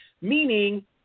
meaning